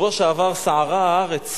בשבוע שעבר סערה הארץ